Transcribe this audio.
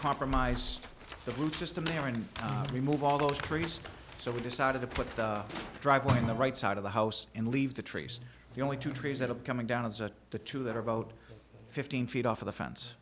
compromise the root system here and remove all those trees so we decided to put the driveway in the right side of the house and leave the trees the only two trees that are coming down and the two that are about fifteen feet off of the fence